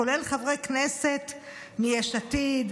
כולל חברי כנסת מיש עתיד,